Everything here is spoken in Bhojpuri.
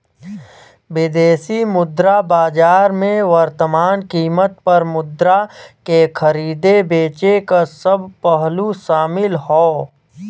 विदेशी मुद्रा बाजार में वर्तमान कीमत पर मुद्रा के खरीदे बेचे क सब पहलू शामिल हौ